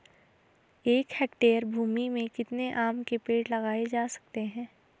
एक हेक्टेयर भूमि में कितने आम के पेड़ लगाए जा सकते हैं?